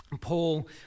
Paul